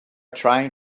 trying